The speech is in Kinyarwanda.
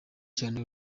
cyane